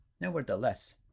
Nevertheless